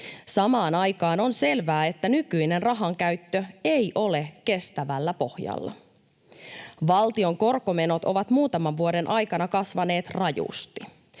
Samaan aikaan on selvää, että nykyinen rahankäyttö ei ole kestävällä pohjalla. Valtion korkomenot ovat muutaman vuoden aikana kasvaneet rajusti: